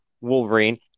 Wolverine